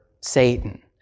Satan